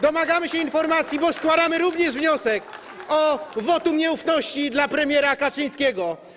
Domagamy się informacji, bo składamy również wniosek o wotum nieufności dla premiera Kaczyńskiego.